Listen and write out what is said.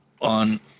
on